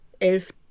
Elf